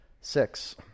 six